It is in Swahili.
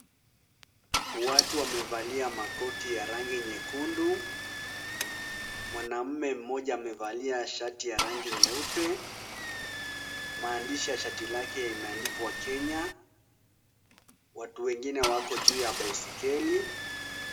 Watu wamevalia makoti ya rangi nyekundu. Mwanaume mmoja amevalia shati ya rangi nyeupe. Maandishi ya shati lake imeandikwa Kenya. Watu wengine wako juu ya baiskeli.